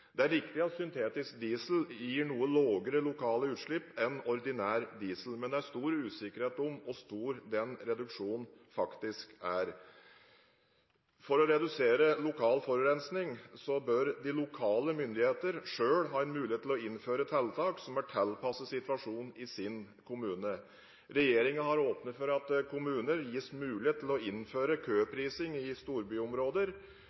Det er riktig at syntetisk diesel gir noe lavere lokale utslipp enn ordinær diesel, men det er stor usikkerhet om hvor stor den reduksjonen faktisk er. For å redusere lokal forurensning bør de lokale myndigheter selv ha mulighet til å innføre tiltak som er tilpasset situasjonen i sin kommune. Regjeringen har åpnet for at kommuner gis mulighet til å innføre